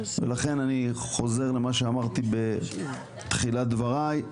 לכן אני חוזר למה שאמרתי בתחילת דבריי.